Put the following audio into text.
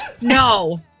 no